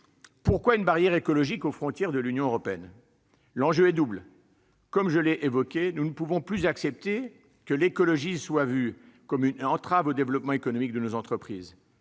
Pourquoi une barrière écologique aux frontières de l'Union européenne ? L'enjeu est double. Comme je l'ai indiqué, nous ne pouvons plus accepter que l'écologie soit vue comme une entrave au développement économique de nos entreprises.